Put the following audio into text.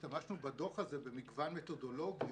השתמשנו בדוח הזה במגוון מתודולוגי,